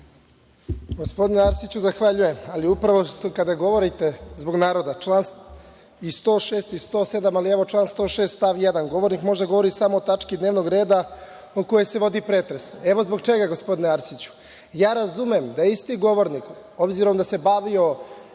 Gospodine Arsiću, zahvaljujem, ali upravo, kada govorite zbog naroda, član i 106. i 107, ali evo član 106. stav 1. - govornik može samo da govori o tački dnevnog reda o kojoj se vodi pretres. Evo zbog čega, gospodine Arsiću. Ja razumem da isti govornik, obzirom da se bavio